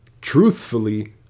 truthfully